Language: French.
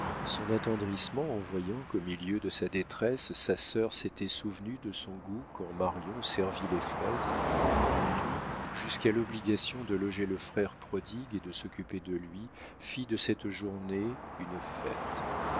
son attendrissement en voyant qu'au milieu de sa détresse sa sœur s'était souvenue de son goût quand marion servit les fraises tout jusqu'à l'obligation de loger le frère prodigue et de s'occuper de lui fit de cette journée une fête